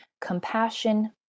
compassion